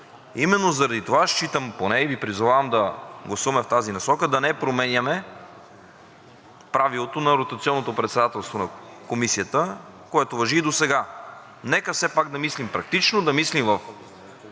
именно заради това считам, поне Ви призовавам, да гласуваме в тази насока – да не променяме правилото на ротационното председателство на комисията, което важи и досега. Нека все пак да мислим практично, да мислим в